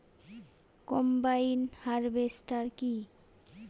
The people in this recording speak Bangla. কম্বাইন হারভেস্টার কি?